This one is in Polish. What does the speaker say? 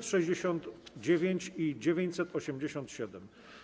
969 i 987)